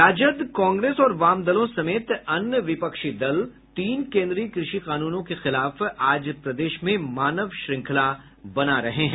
राजद कांग्रेस और वामदलों समेत अन्य विपक्षी दल तीन केन्द्रीय कृषि कानूनों के खिलाफ आज प्रदेश में मानव श्रृंखला बना रहे हैं